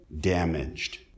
damaged